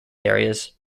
areas